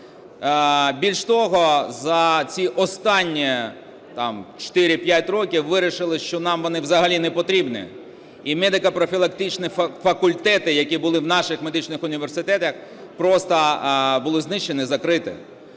Більш того, за ці останні там 4-5 років вирішили, що нам вони взагалі непотрібні. І медико-профілактичні факультети, які були в наших медичних університетах, просто були знищені, закриті.